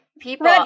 People